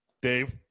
Dave